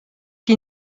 qui